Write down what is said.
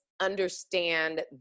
understand